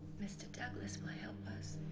mr. douglass will help us.